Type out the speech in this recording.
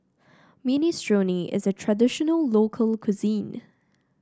minestrone is a traditional local cuisine